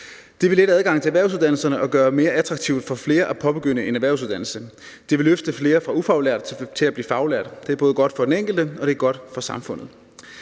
Det vil lette adgangen til erhvervsuddannelserne og gøre det mere attraktivt for flere at påbegynde en erhvervsuddannelse, og det vil løfte flere fra at være ufaglærte til at blive faglærte – det er både godt for den enkelte og for samfundet.